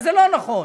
וזה לא נכון,